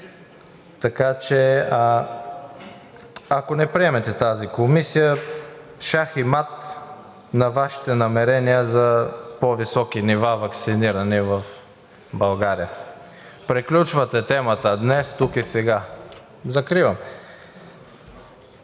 Така че, ако не приемете тази комисия, шах и мат на Вашите намерения за по-високи нива ваксинирани в България. Приключвате темата днес, тук и сега. Благодаря.